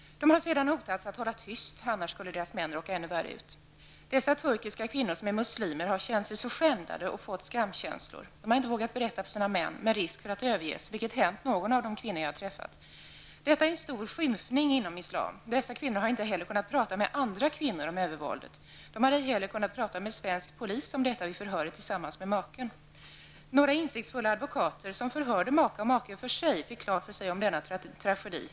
De har sedan uppmanats att hålla tyst, annars skulle deras män råka ännu värre ut. Dessa turkiska kvinnor, som är muslimer, har känt sig skändade och fått skamkänslor. De har inte vågat berätta om övergreppen för sina män, eftersom de då skulle riskera att överges, vilket också hände en av de kvinnor jag har träffat. Detta är en stor skymfning inom islam. Dessa kvinnor har inte heller kunnat prata med andra kvinnor om övervåldet. De har ej heller kunnat prata med svensk polis om detta vid förhöret tillsammans med maken. Några insiktsfulla advokater som förhörde maka och make var för sig fick klart för sig om denna tragedi.